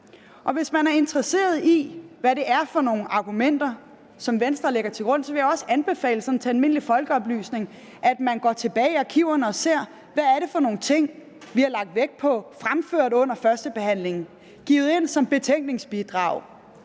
dag. Hvis man er interesseret i, hvad det er for nogle argumenter, som Venstre lægger til grund, vil jeg også til almindelig folkeoplysning anbefale, at man går tilbage i arkiverne og ser, hvad det er for nogle ting, vi har lagt vægt på, fremført under førstebehandlingen, givet ind som betænkningsbidrag,